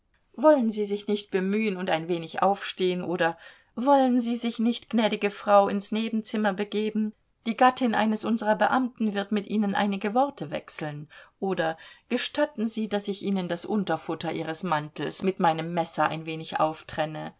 wollen sie sich nicht bemühen und ein wenig aufstehen oder wollen sie sich nicht gnädige frau ins nebenzimmer begeben die gattin eines unserer beamten wird mit ihnen einige worte wechseln oder gestatten sie daß ich ihnen das unterfutter ihres mantels mit meinem messer ein wenig auftrenne